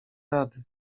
rady